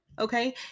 Okay